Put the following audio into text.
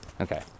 Okay